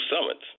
summits